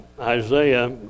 Isaiah